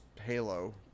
Halo